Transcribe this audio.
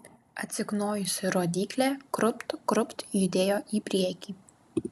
atsiknojusi rodyklė krūpt krūpt judėjo į priekį